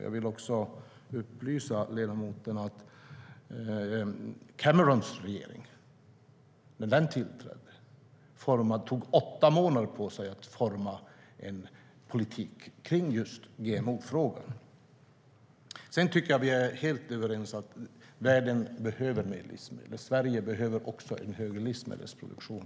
Jag vill också upplysa ledamoten om att Camerons regering, när den tillträdde, tog åtta månader på sig för att forma en politik kring just GMO-frågan.Vi är helt överens om att världen behöver mer livsmedel, och Sverige behöver också en högre livsmedelsproduktion.